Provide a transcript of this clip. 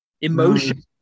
Emotion